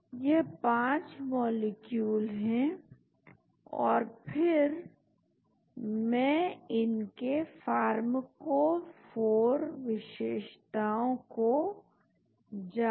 तो हम वह खोज करते हैं तो हम कहते हैं कि उस मॉलिक्यूल को देखें जिसके पास यह खास विशेषता लगभग इस दूरी पर है और फिर विभिन्न डेटाबेस में ढूंढना शुरू करते हैं